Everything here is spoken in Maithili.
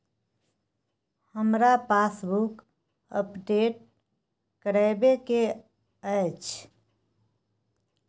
हमरा पासबुक अपडेट करैबे के अएछ?